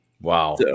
Wow